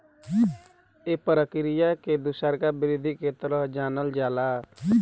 ए प्रक्रिया के दुसरका वृद्धि के तरह जानल जाला